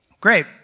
Great